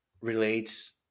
relates